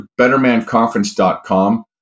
bettermanconference.com